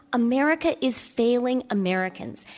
america is failing americans.